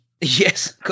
Yes